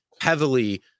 heavily